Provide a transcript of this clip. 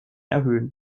erhöhen